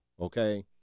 okay